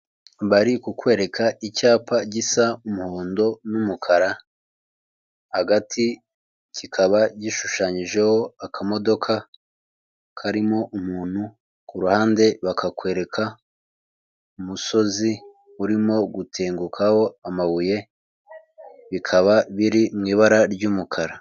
Bari kukwereka icyapa gisa umuhondo n'umukara hagati kikaba gishushanyijeho akamodoka karimo umuntu ku ruhande, bakakwereka umusozi urimo gutengukaho amabuye, bikaba biri mu ibara ry'umukara.